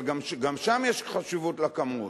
אבל גם שם יש חשיבות למספר,